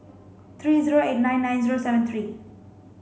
three zero eight nine nine zero seven three